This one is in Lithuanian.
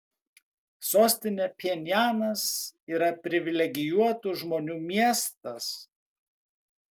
sostinė pchenjanas yra privilegijuotų žmonių miestas